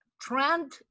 trend